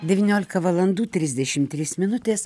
devyniolika valandų trisdešimt trys minutės